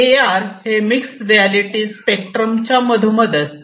ए R हे mix reality स्पेक्ट्रमच्या मधोमध असते